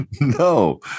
No